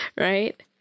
Right